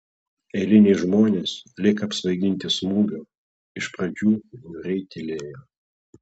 eiliniai žmonės lyg apsvaiginti smūgio iš pradžių niūriai tylėjo